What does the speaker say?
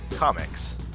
Comics